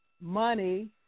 money